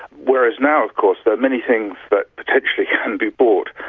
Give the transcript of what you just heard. whereas now of course there are many things that potentially can be bought,